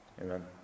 amen